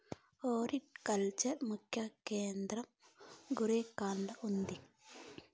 horticulture ముఖ్య కేంద్రం గురేగావ్ల ఉండాది